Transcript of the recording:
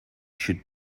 should